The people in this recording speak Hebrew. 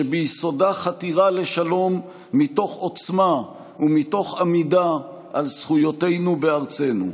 שביסודה חתירה לשלום מתוך עוצמה ומתוך עמידה על זכויותינו בארצנו.